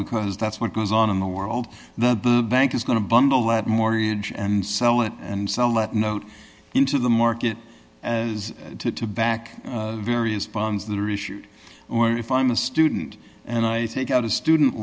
because that's what goes on in the world the bank is going to bundle that mortgage and sell it and sell that note into the market as to back various bonds that are issued or if i'm a student and i take out a student